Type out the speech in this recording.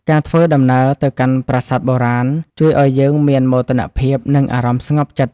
ការធ្វើដំណើរទៅកាន់ប្រាសាទបុរាណ ជួយឱ្យយើងមានមោទនភាព និងអារម្មណ៍ស្ងប់ចិត្ត។